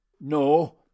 No